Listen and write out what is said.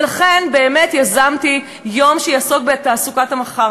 ולכן באמת יזמתי יום שיעסוק בתעסוקת המחר.